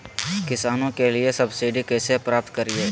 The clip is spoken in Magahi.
किसानों के लिए सब्सिडी कैसे प्राप्त करिये?